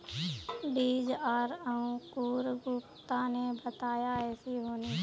बीज आर अंकूर गुप्ता ने बताया ऐसी होनी?